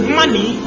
money